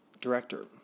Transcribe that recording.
director